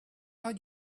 are